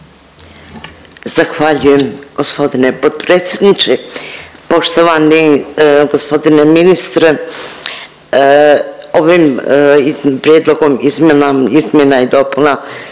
Zahvaljujem gospodine potpredsjedniče. Poštovani gospodine ministre ovim prijedlogom izmjenom, izmjena